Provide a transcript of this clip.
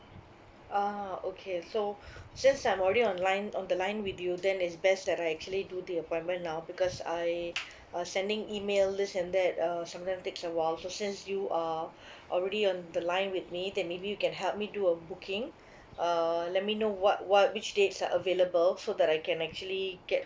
ah okay so since I'm already online on the line with you then it's best that I actually do the appointment now because I uh sending email this and that uh sometimes takes a while so since you are already on the line with me then maybe you can help me do a booking err let me know what what which dates are available so that I can actually get